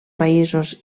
països